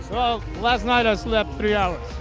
so last night i slept three hours.